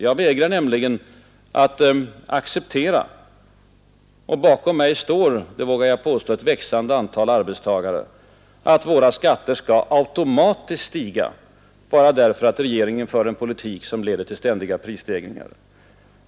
Jag vägrar nämligen att acceptera — och bakom mig står, vågar jag påstå, ett växande antal arbetstagare — att våra skatter automatiskt skall stiga bara därför att regeringen för en politik som leder till ständiga prisstegringar.